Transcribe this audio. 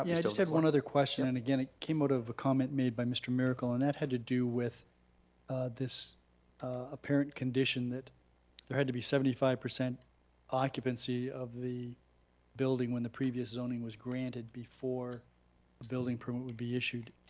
i mean i just have one other question and again it came out of a comment made by mr. miracle and that had to do with this apparent condition that there had to be seventy five percent occupancy of the building when the previous zoning was granted, before the building permit would be issued.